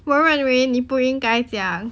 我认为你不应该这样